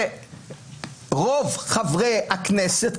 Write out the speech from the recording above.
שרוב חברי הכנסת,